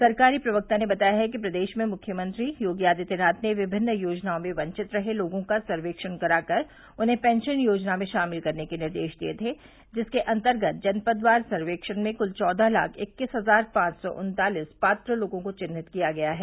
सरकारी प्रवक्ता ने बताया है कि प्रदेश में मुख्यमंत्री योगी आदित्यनाथ ने विमिन्न योजनाओं में वंचित रहे लोगों का सर्केक्षण कराकर उन्हें पेंशन योजना में शामिल करने के निर्देश दिये थे जिसके अन्तर्गत जनपदवार सर्वेक्षण में कुल चौदह लाख इक्कीस हजार पांच सौ उन्तालीस पात्र लोगों को विन्हित किया गया है